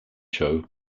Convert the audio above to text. show